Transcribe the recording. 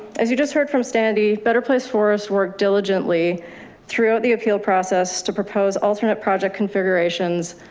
as you just heard from standee better place for us work diligently throughout the appeal process to propose alternate project configurations.